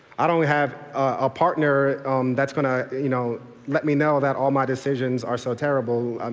i don't have a partner that is going to, you know, let me know that all my decisions are so terrible,